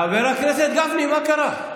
חבר הכנסת גפני, מה קרה?